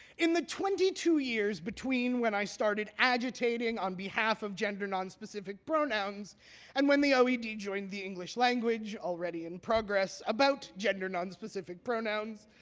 in the twenty two years between when i started agitating on behalf of gender nonspecific pronouns and when the oed joined the english language already in progress about gender nonspecific pronouns,